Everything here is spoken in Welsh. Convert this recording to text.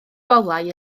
golau